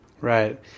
Right